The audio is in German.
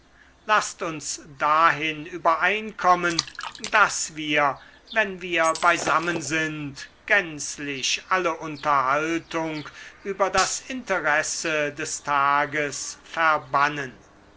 laßt uns dahin übereinkommen daß wir wenn wir beisammen sind gänzlich alle unterhaltung über das interesse des tages verbannen